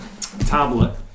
tablet